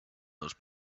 those